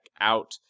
out